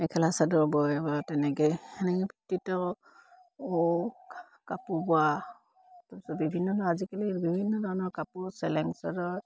মেখেলা চাদৰ বয় তেনেকে কাপোৰ বোৱা তাৰপিছত বিভিন্ন আজিকালি বিভিন্ন ধৰণৰ কাপোৰ চেলেং চাদৰ